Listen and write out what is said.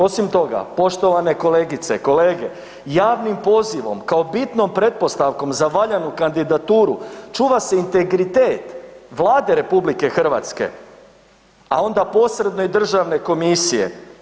Osim toga, poštivane kolegice, kolege, javnim pozivom kao bitnom pretpostavkom za valjanu kandidaturu, čuva se integritet Vlade RH a onda posredno i Državne komisije.